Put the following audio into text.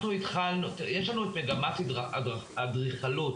יש לנו מגמת אדריכלות